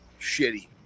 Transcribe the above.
shitty